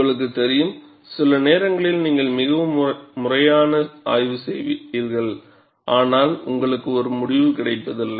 உங்களுக்குத் தெரியும் சில நேரங்களில் நீங்கள் மிகவும் முறையான ஆய்வு செய்வீர்கள் ஆனால் உங்களுக்கு ஒரு முடிவு கிடைப்பதில்லை